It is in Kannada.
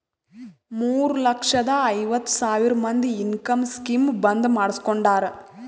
ಮೂರ ಲಕ್ಷದ ಐವತ್ ಸಾವಿರ ಮಂದಿ ಇನ್ಕಮ್ ಸ್ಕೀಮ್ ಬಂದ್ ಮಾಡುಸ್ಕೊಂಡಾರ್